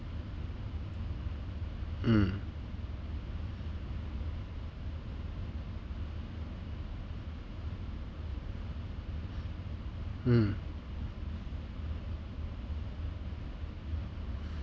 mm mm